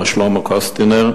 מר שלמה קוסטינר,